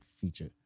feature